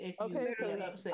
okay